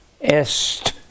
est